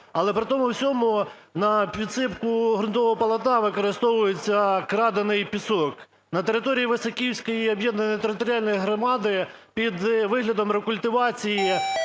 Але при тому всьому на підсипку ґрунтового полотна використовується крадений пісок. На території Високівської об'єднаної територіальної громади під виглядом рекультивації